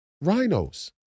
rhinos